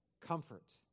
comfort